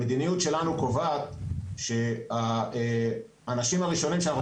המדיניות שלנו קובעת שהאנשים הראשונים שאנחנו